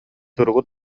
суругу